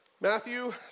Matthew